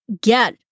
get